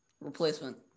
replacement